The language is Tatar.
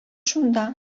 шунда